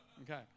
Okay